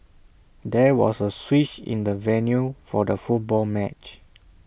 there was A switch in the venue for the football match